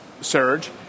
surge